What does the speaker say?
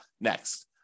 next